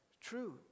True